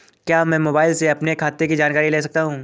क्या मैं मोबाइल से अपने खाते की जानकारी ले सकता हूँ?